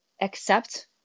accept